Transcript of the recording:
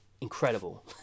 incredible